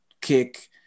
kick